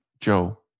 Joe